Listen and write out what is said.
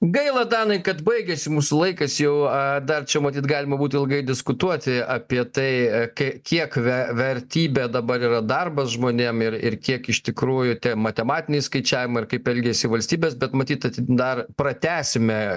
gaila danai kad baigėsi mūsų laikas jau a dar čia matyt galima būtų ilgai diskutuoti apie tai ke kiek ve vertybė dabar yra darbas žmonėm ir ir kiek iš tikrųjų tie matematiniai skaičiavimai ir kaip elgiasi valstybės bet matyt atid dar pratęsime